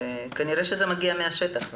כנראה זה מגיע מן השטח.